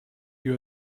you